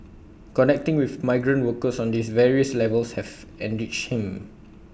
connecting with migrant workers on these various levels have enriched him